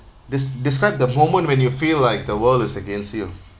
des~ described the moment when you feel like the world is against you